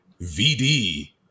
VD